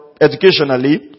educationally